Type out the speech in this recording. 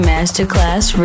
Masterclass